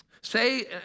Say